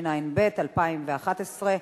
התשע"ב 2012,